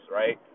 right